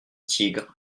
tigre